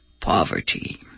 poverty